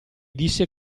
disse